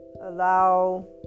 allow